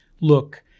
look